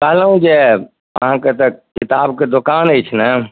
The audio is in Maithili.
कहलहुँ जे अहाँके तऽ किताबके दोकान अछि ने